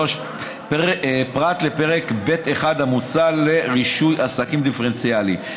פרט לפרק ב'1 המוצע (רישוי עסקים דיפרנציאלי).